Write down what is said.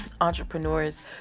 entrepreneurs